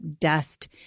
dust